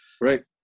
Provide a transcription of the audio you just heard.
Right